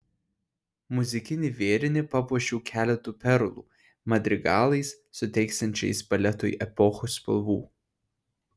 muzikinį vėrinį papuošiau keletu perlų madrigalais suteiksiančiais baletui epochos spalvų